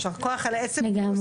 יישר כוח על כינוס הדיון.